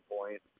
point